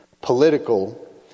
political